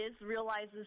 realizes